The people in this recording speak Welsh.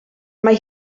mae